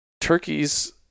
turkeys